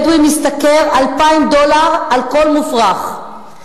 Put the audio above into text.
בדואי משתכר 2,000 דולר על כל מוברח,